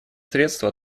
средства